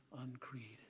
uncreated